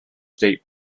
state